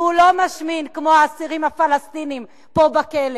והוא לא משמין כמו האסירים הפלסטינים פה בכלא.